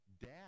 Dad